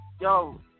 Yo